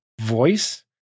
voice